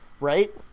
Right